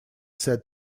said